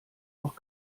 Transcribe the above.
auch